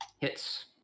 Hits